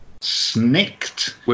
Snicked